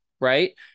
Right